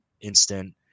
instant